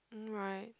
mm right